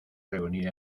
reunir